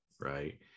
right